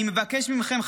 אני מבקש מכם,